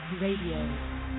radio